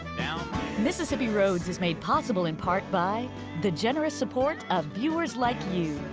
mississippi roads is made possible in part by the generous support of viewers like you.